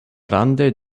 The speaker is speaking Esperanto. rande